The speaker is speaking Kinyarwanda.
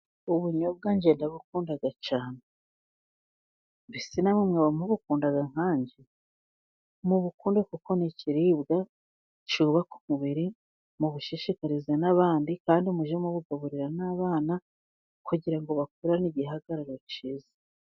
Ubunyobwa njye ndabukunda cyane. Mbese namwe mwaba mubukunda nka njye? Mubukunde kuko ni ikiribwa cyubaka umubiri, mubishishikarize n'abandi kandi mujye mubugaburira n'abana, kugira ngo bakurane igihagararo cyiza.